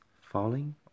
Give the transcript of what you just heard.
falling